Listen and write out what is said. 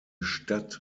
stadt